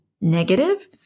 negative